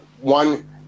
One